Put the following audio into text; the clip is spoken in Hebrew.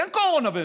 אין קורונה באמת.